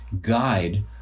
guide